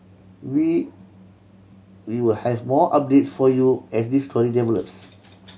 we we will have more updates for you as this story develops